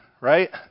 right